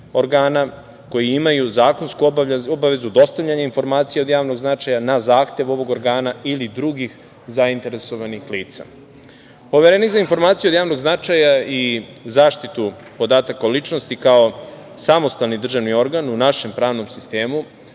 koji imaju zakonsku obavezu dostavljanja informacija od javnog značaja, na zahtev ovog organa ili drugih zainteresovanih lica. Poverenik za informacije od javnog značaja i zaštitu podataka o ličnosti, kao samostalni državni organ u našem pravnom sistemu